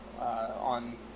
On